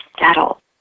settle